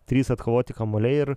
trys atkovoti kamuoliai ir